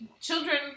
children